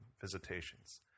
visitations